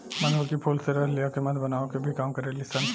मधुमक्खी फूल से रस लिया के मध बनावे के भी काम करेली सन